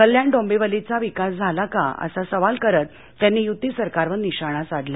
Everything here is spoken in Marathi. कल्याण डोंबिवलीचा विकास झाला का असा सवाल करत त्यांनी युती सरकारवर निशाणा साधला